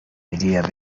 idea